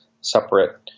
separate